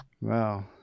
Wow